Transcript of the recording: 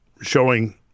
showing